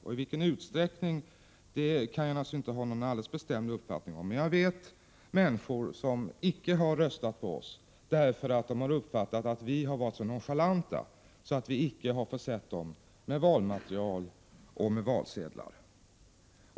I vilken utsträckning detta har skett kan jag naturligtvis inte ha någon bestämd uppfattning om, men jag känner människor som inte har röstat på oss, därför att de har uppfattat oss som nonchalanta, eftersom vi inte försett dem med valmaterial och med valsedlar.